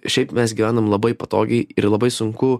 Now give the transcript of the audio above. šiaip mes gyvenam labai patogiai ir labai sunku